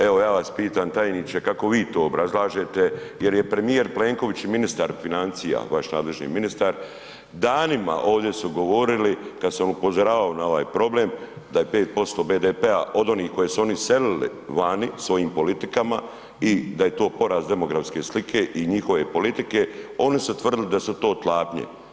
Evo, ja vas pitam tajniče, kako vi to obrazlažete jer je premijer Plenković i ministar financija, vaš nadležni ministar danima ovdje su govorili kad sam upozoravao na ovaj problem da je 5% BDP-a od onih koji su oni iselili vani svojim politikama i da je to poraz demografske slike i njihove politike, oni su tvrdili da su to klapnje.